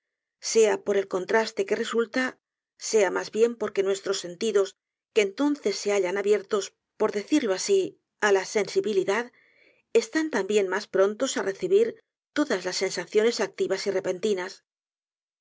sea por el contraste que resulta sea mas bien porque nuestros sentidos que entonces se hallan abiertos por decirlo asi á la sensibilidad están también mas prontos á recibir todas las sensaciones activas y repentinas